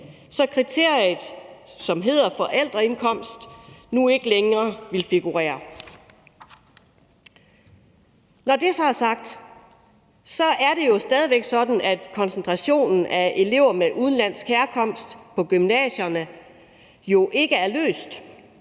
så kriteriet om forældreindkomst nu ikke længere vil figurere. Når det så er sagt, er det jo stadig væk sådan, at det med koncentrationen af elever med udenlandsk herkomst på gymnasierne ikke er løst,